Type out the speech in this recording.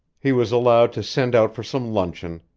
he was allowed to send out for some luncheon,